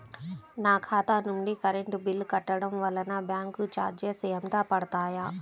నా ఖాతా నుండి కరెంట్ బిల్ కట్టడం వలన బ్యాంకు చార్జెస్ ఎంత పడతాయా?